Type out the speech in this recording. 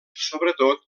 sobretot